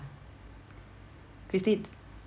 christine